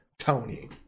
Tony